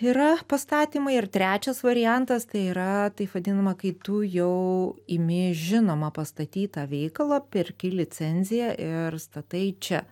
yra pastatymai ir trečias variantas tai yra taip vadinama kai tu jau imi žinomą pastatytą veikalą perki licenziją ir statai čia